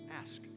ask